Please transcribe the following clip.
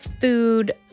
food